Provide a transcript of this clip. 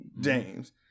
James